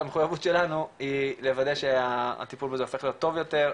המחויבות שלנו היא לוודא שהטיפול בזה הופך להיות טוב יותר,